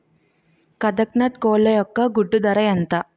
కదక్నత్ కోళ్ల ఒక గుడ్డు ధర ఎంత?